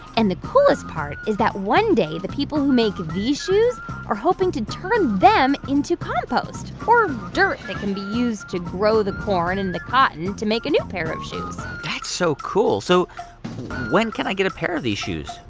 and the coolest part is that one day, the people who make these shoes are hoping to turn them into compost, or dirt that can be used to grow the corn and the cotton to make a new pair of shoes that's so cool. so when can i get a pair of these shoes?